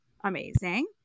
amazing